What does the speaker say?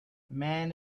man